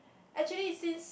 actually since